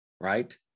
right